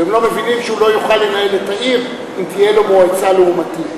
והם לא מבינים שהוא לא יוכל לנהל את העיר אם תהיה לו מועצה לעומתית.